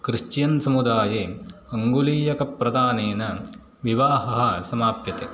Christian समुदाये अङ्गुलीयकप्रदानेन विवाहः समाप्यते